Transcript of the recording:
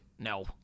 No